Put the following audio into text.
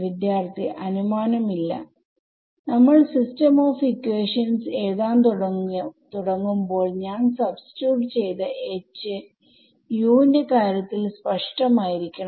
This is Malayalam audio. വിദ്യാർത്ഥി അനുമാനം ഇല്ല നമ്മൾ സിസ്റ്റം ഓഫ് ഇക്വേഷൻസ് എഴുതാൻ തുടങ്ങുമ്പോൾ ഞാൻ സബ്സ്റ്റിട്യൂട്ട് ചെയ്ത HUs ന്റെ കാര്യത്തിൽ സ്പഷ്ഠമായിരിക്കണം